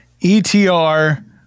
ETR